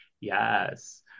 Yes